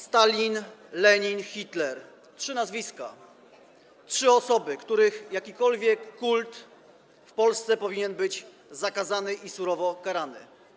Stalin, Lenin, Hitler - trzy nazwiska, trzy osoby, których jakikolwiek kult w Polsce powinien być zakazany i surowo karany.